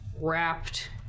wrapped